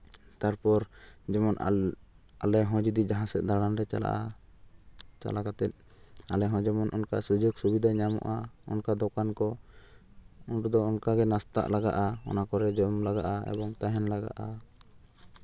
ᱛᱟᱨᱯᱚᱨ ᱡᱮᱢᱚᱱ ᱟᱞ ᱟᱞᱮ ᱦᱚᱸ ᱡᱩᱫᱤ ᱡᱟᱦᱟᱸ ᱥᱮᱫ ᱫᱟᱬᱟᱱ ᱞᱮ ᱪᱟᱞᱟᱜᱼᱟ ᱪᱟᱞᱟᱣ ᱠᱟᱛᱮᱫ ᱟᱞᱮ ᱦᱚᱸ ᱡᱮᱢᱚᱱ ᱚᱱᱠᱟ ᱥᱩᱡᱳᱜᱽ ᱥᱩᱵᱤᱫᱷᱟ ᱧᱟᱢᱚᱜᱼᱟ ᱚᱱᱠᱟ ᱫᱚᱠᱟᱱ ᱠᱚ ᱱᱚᱰᱮ ᱫᱚ ᱚᱱᱠᱟᱜᱮ ᱱᱟᱥᱛᱟᱜ ᱞᱟᱜᱟᱜᱼᱟ ᱚᱱᱟ ᱠᱚᱨᱮ ᱡᱚᱢ ᱞᱟᱜᱟᱜᱼᱟ ᱮᱵᱚᱝ ᱛᱟᱦᱮᱱ ᱞᱟᱜᱟᱜᱼᱟ